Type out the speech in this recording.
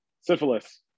Syphilis